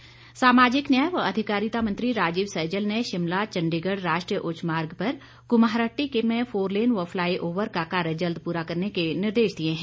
सैजल सामाजिक न्याय व अधिकारिता मंत्री राजीव सैजल ने शिमला चंडीगढ़ राष्ट्रीय उच्च मार्ग पर कुम्हारहट्टी में फोरलेन व फलाई ओवर का कार्य जल्द पूरा करने के निर्देश दिए हैं